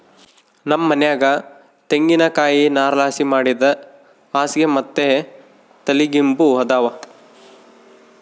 ನಮ್ ಮನ್ಯಾಗ ತೆಂಗಿನಕಾಯಿ ನಾರ್ಲಾಸಿ ಮಾಡಿದ್ ಹಾಸ್ಗೆ ಮತ್ತೆ ತಲಿಗಿಂಬು ಅದಾವ